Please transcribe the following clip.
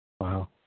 Wow